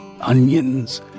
onions